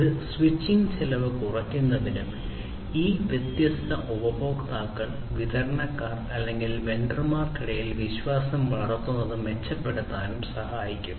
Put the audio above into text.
ഇത് സ്വിച്ചിംഗ് ചെലവ് കുറയ്ക്കുന്നതിനും ഈ വ്യത്യസ്ത ഉപഭോക്താക്കൾ വിതരണക്കാർ അല്ലെങ്കിൽ വെണ്ടർമാർക്കിടയിൽ വിശ്വാസം വളർത്തുന്നത് മെച്ചപ്പെടുത്താനും സഹായിക്കും